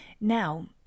Now